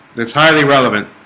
that's highly relevant